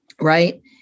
right